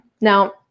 now